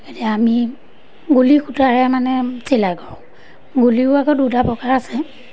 এতিয়া আমি গুলি সূতাৰে মানে চিলাই কৰোঁ গুলিও আকৌ দুটা প্ৰকাৰ আছে